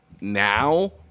now